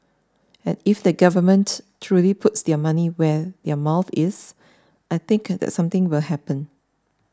and if the government truly puts their money where their mouth is I think that something will happen